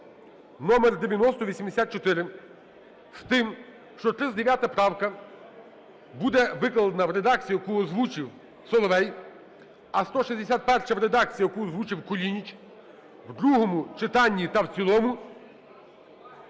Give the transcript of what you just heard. (№ 9084) з тим, що 39 правка буде викладена в редакції, яку озвучив Соловей, а 161-а – в редакції, яку озвучив Кулініч у другому читанні та в цілому